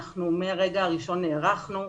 מהרגע הראשון נערכנו.